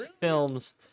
films